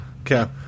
Okay